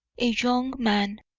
a young man,